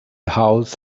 house